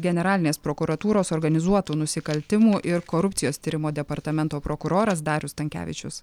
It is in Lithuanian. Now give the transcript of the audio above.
generalinės prokuratūros organizuotų nusikaltimų ir korupcijos tyrimo departamento prokuroras darius stankevičius